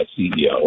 CEO